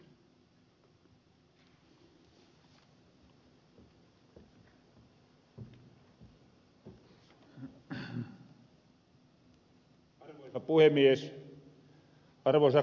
arvoisat kollegat